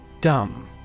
Dumb